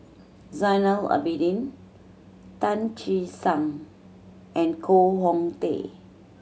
Zainal Abidin Tan Che Sang and Koh Hong Teng